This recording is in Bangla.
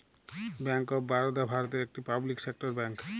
ব্যাঙ্ক অফ বারদা ভারতের একটি পাবলিক সেক্টর ব্যাঙ্ক